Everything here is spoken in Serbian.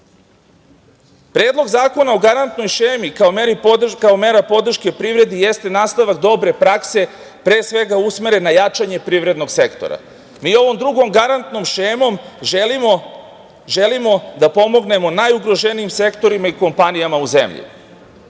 evra. Predlog zakona o garantnoj šemi kao mera podrške privredi jeste nastavak dobre prakse, pre svega usmerena jačanju privrednog sektora. Mi ovom drugom garantnom šemom želimo da pomognemo najugroženijim sektorima i kompanijama u zemlji.